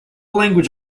language